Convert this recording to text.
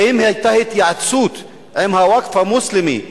האם היתה התייעצות עם הווקף המוסלמי,